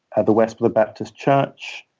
and the westboro baptist church,